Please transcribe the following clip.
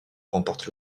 remporte